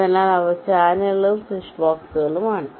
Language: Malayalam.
അതിനാൽ ഇവ ചാനലുകളും സ്വിച്ച്ബോക്സുകളുമാണ്